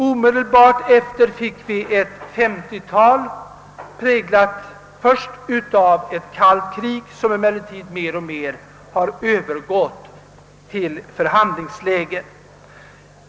Omedelbart efter kriget fick vi ett 1950-tal präglat av ett kallt krig som emellertid mer och mer övergått till förhandlingsläge.